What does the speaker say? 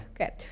Okay